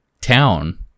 town